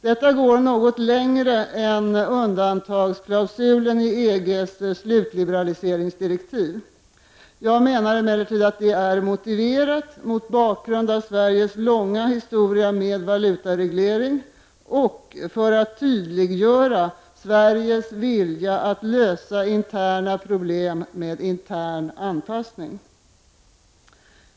Detta går något längre än undantagsklausulen i EGSs slutliberaliseringsdirektiv. Det är motiverat mot bakgrund av Sveriges långa historia med valutareglering och för att tydliggöra Sveriges vilja att lösa interna problem med intern anpassning.